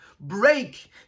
break